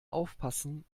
aufpassen